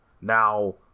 Now